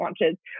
launches